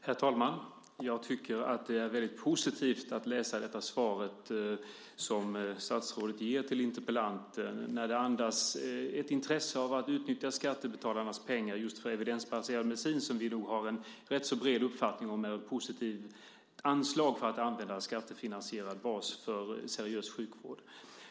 Herr talman! Jag tycker att det är väldigt positivt att läsa detta svar som statsrådet ger till interpellanten. Det andas ett intresse av att använda skattebetalarnas pengar just för evidensbaserad medicin, och vi har nog en rätt bred uppfattning om att det är ett positivt anslag för att använda en skattefinansierad bas för seriös sjukvård.